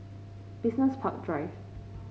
Business Park Drive